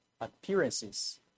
appearances